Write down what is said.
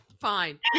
Fine